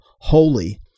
holy